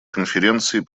конференции